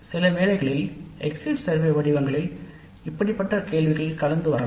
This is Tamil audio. சர்வே வடிவங்களில் இப்படிப்பட்ட கேள்விகள் கலந்து வரலாம்